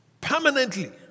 permanently